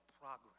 progress